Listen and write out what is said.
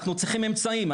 אנחנו צריכים אמצעים.